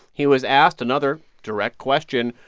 he was asked another direct question.